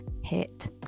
hit